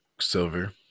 silver